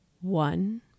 One